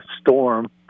storm